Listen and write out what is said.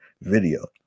video